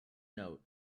note